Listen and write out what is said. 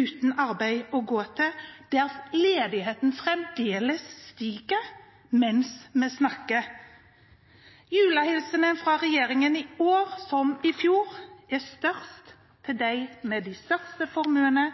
uten arbeid å gå til, der ledigheten fremdeles stiger, mens vi snakker. Julehilsenen fra regjeringen i år, som i fjor, er størst til dem med de største formuene.